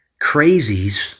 crazies